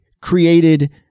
created